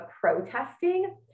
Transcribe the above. protesting